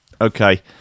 Okay